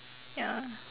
ya